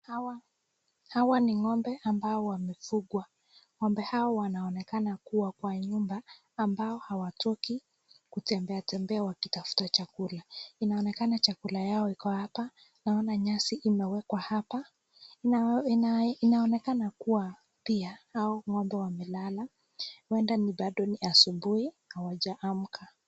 Hawa ni ng'ombe ambao wamefugwa. Ng'ombe hao wanaonekana kuwa kwa nyumba ambao hawatoki kutembeatembea wakitafuta chakula. Inaonekana chakula yao iko hapa. Naona nyasi imewekwa hapa. Inaonekana kuwa pia, hao ng'ombe wamelala. Huenda ni bado ni asubuhi, hawajaamka.